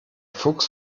fuchs